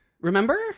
remember